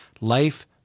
Life